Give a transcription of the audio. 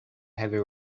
heavy